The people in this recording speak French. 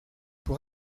pour